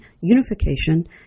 unification